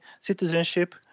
citizenship